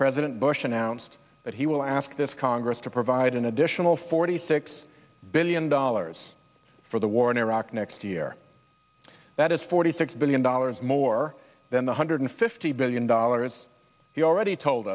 president bush announced that he will ask this congress to provide an additional forty six billion dollars for the war in iraq next year that is forty six billion dollars more than one hundred fifty billion dollars we already told